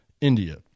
india